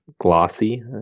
glossy